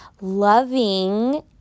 loving